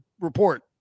report